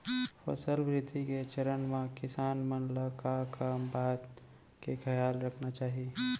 फसल वृद्धि के चरण म किसान मन ला का का बात के खयाल रखना चाही?